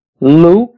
Luke